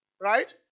right